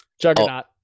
Juggernaut